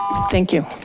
thank you.